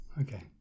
okay